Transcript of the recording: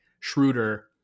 Schroeder